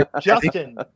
justin